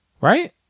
Right